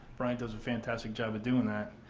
brian does a fantastic job of doing that.